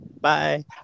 bye